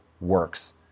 works